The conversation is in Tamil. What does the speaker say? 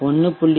1